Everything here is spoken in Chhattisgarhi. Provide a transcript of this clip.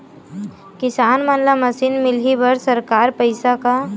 किसान मन ला मशीन मिलही बर सरकार पईसा का?